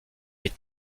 est